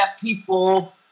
people